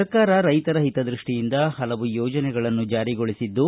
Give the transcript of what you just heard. ಸರ್ಕಾರ ರೈತರ ಹಿತದೃಷ್ಟಿಯಿಂದ ಪಲವು ಯೋಜನೆಗಳನ್ನು ಜಾರಿಗೊಳಿಸಿದ್ದು